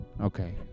Okay